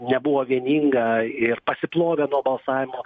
nebuvo vieninga ir pasiplovė nuo balsavimo